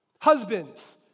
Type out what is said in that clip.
Husbands